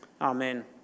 Amen